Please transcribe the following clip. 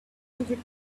hundred